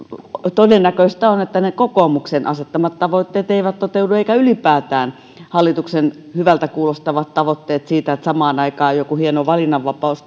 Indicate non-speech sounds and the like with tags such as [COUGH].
todennäköistä on että ne kokoomuksen asettamat tavoitteet eivät toteudu eivätkä ylipäätään hallituksen hyvältä kuulostavat tavoitteet siitä että samaan aikaan joku hieno valinnanvapaus [UNINTELLIGIBLE]